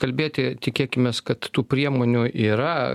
kalbėti tikėkimės kad tų priemonių yra